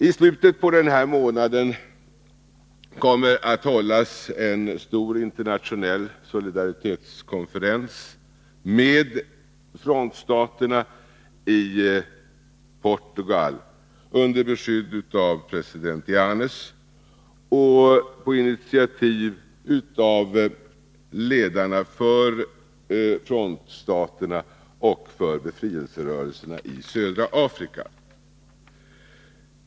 I slutet av denna månad kommer det att hållas en stor internationell solidaritetskonferens med frontstaterna i Portugal, med stöd av president Eanes samt av ledarna för frontstaterna och för befrielserörelserna i södra Afrika.